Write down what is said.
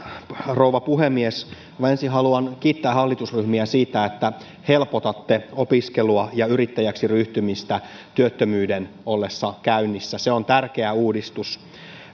rouva puhemies ensin haluan kiittää hallitusryhmiä siitä että helpotatte opiskelua ja yrittäjäksi ryhtymistä työttömyyden ollessa käynnissä se on tärkeä uudistus